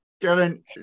Kevin